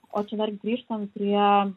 o čia dar grįžtant prie